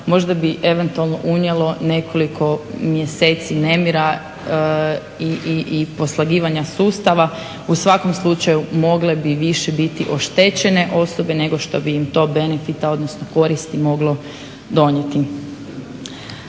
Možda bi eventualno unijelo nekoliko mjeseci nemira i poslagivanja sustava. U svakom slučaju mogle bi više biti oštećene osobe nego što bi im to benefita, odnosno koristi